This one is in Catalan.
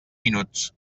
minuts